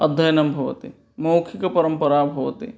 अध्ययनं भवति मौखिकपरम्परा भवति